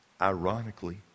ironically